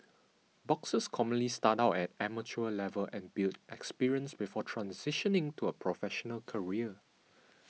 boxers commonly start out at amateur level and build experience before transitioning to a professional career